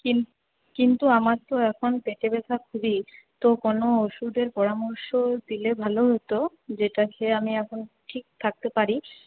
কিন্তু আমার তো এখন পেটে ব্যাথা খুবই তো কোনো ওষুধের পরামর্শ দিলে ভালো হতো যেটা খেয়ে আমি এখন ঠিক থাকতে পারি